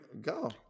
go